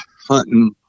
hunting